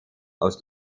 aus